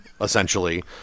essentially